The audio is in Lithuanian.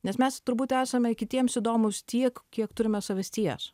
nes mes turbūt esame kitiems įdomūs tiek kiek turime savasties